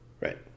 Right